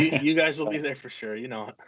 you guys will be there for sure. you know it.